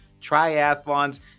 triathlons